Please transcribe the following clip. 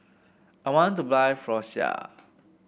I want to buy Floxia